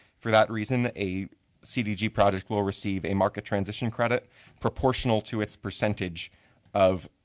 for that reason a cdg project will receive a market transition credit proportional to its percentage of